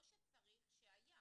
לא שצריך, שהיה.